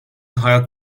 hayat